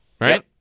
right